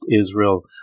Israel